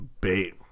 Bait